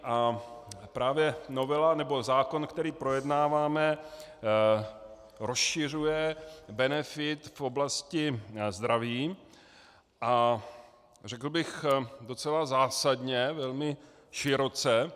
A právě novela, nebo zákon, který projednáváme, rozšiřuje benefit v oblasti zdraví, a řekl bych, docela zásadně, velmi široce.